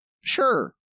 sure